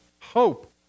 hope